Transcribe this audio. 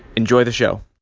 enjoy the show